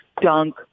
dunk